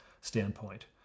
standpoint